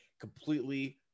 completely